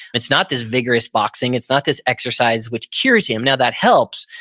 it's not this vigorous boxing, it's not this exercise, which cures him. now that helps,